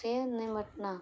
سے نمٹنا